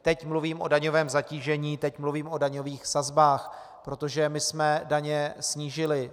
Teď mluvím o daňovém zatížení, teď mluvím o daňových sazbách protože my jsme daně snížili.